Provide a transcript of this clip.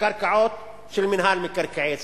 קרקעות של מינהל מקרקעי ישראל.